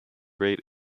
great